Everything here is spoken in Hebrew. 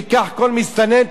תיקח כל מסתנן,